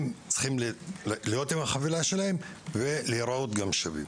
הם צריכים להיות עם החבילה שלהם ולהיראות גם שווים.